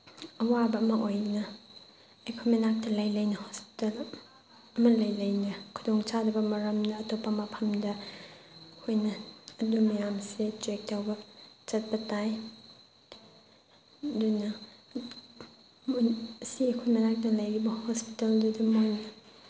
ꯑꯋꯥꯕ ꯑꯃ ꯑꯣꯏꯅ ꯑꯩꯈꯣꯏ ꯃꯅꯥꯛꯇ ꯂꯩ ꯂꯩꯅ ꯍꯣꯁꯄꯤꯇꯥꯜ ꯑꯃ ꯂꯩ ꯂꯩꯅ ꯈꯨꯗꯣꯡ ꯆꯥꯗꯕ ꯃꯔꯝꯅ ꯑꯇꯣꯞꯄ ꯃꯐꯝꯗ ꯑꯩꯈꯣꯏꯅ ꯑꯗꯨ ꯃꯌꯥꯝꯁꯦ ꯆꯦꯛ ꯇꯧꯕ ꯆꯠꯄ ꯇꯥꯏ ꯑꯗꯨꯅ ꯁꯤ ꯑꯩꯈꯣꯏ ꯃꯅꯥꯛꯇ ꯂꯩꯔꯤꯕ ꯍꯣꯁꯄꯤꯇꯥꯜꯗꯨꯗ ꯃꯣꯏꯅ